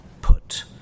put